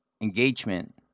engagement